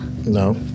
No